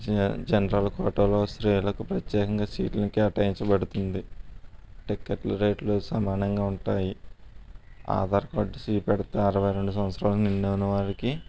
జ జనరల్ కోటాలో స్త్రీలకు ప్రత్యేకంగా సీట్లను కేటాయించబడుతుంది టికెట్ల రేట్లు సమానంగా ఉంటాయి ఆధార్ కార్డు చూపెడితే అరవై రెండు సంవత్సరాలు నిండిన వారికి